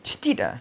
steep ah